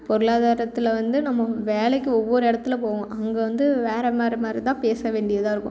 பொருளாதாரத்தில் வந்து நம்ம வேலைக்கு ஒவ்வொரு இடத்துல போவோம் அங்கே வந்து வேறு மாதிரி மாதிரி தான் பேச வேண்டியதாக இருக்கும்